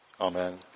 amen